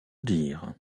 dire